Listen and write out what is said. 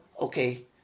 Okay